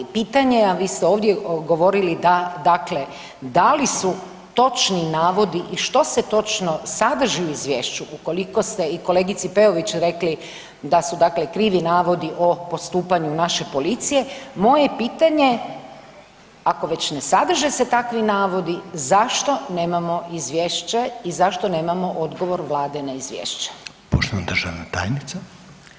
Pitanje, a vi ste ovdje govorili, dakle, da li su točni navodi i što se točno sadrži u Izvješću ukoliko ste i kolegici Peović rekli da su dakle krivi navodi o postupanju naše policije, moje pitanje, ako već ne sadrže se takvi navodi, zašto nemamo Izvješće i zašto nemamo odgovor Vlade na Izvješće?